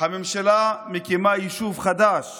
הממשלה מקימה יישוב חדש